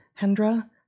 Hendra